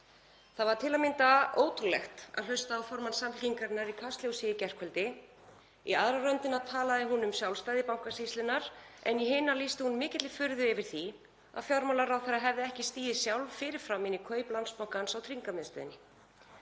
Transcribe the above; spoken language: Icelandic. Það var til að mynda ótrúlegt að hlusta á formann Samfylkingarinnar í Kastljósi í gærkvöldi. Í aðra röndina talaði hún um sjálfstæði Bankasýslunnar, en í hina lýsti hún mikilli furðu yfir því að fjármálaráðherra hefði ekki stigið sjálf fyrir fram inn í kaup Landsbankans á Tryggingamiðstöðinni.